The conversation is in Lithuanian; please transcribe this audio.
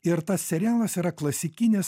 ir tas serialas yra klasikinis